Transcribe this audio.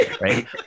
Right